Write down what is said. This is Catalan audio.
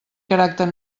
caràcter